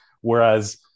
whereas